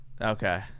Okay